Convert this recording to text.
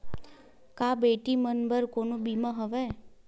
का बेटी मन बर कोनो बीमा हवय?